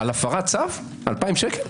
על הפרת צו 2,000 שקל?